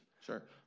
Sure